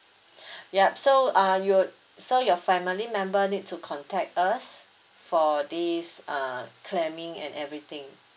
yup so uh you would so your family member need to contact us for this uh claiming and everything